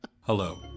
Hello